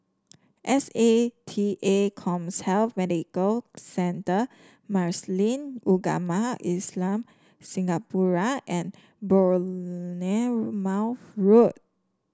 S A T A CommHealth Medical Centre Muslin Ugama Islam Singapura and Bournemouth Road